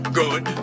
good